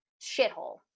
shithole